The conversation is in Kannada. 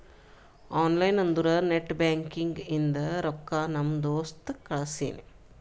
ಆನ್ಲೈನ್ ಅಂದುರ್ ನೆಟ್ ಬ್ಯಾಂಕಿಂಗ್ ಇಂದ ರೊಕ್ಕಾ ನಮ್ ದೋಸ್ತ್ ಕಳ್ಸಿನಿ